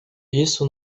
isso